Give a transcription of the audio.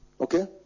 Okay